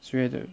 谁来的